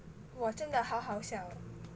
我真的好好笑